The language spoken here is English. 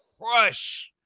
crush